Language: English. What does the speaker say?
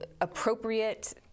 appropriate